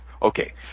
Okay